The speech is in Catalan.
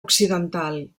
occidental